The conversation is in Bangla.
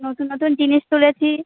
নতুন নতুন জিনিস তুলেছি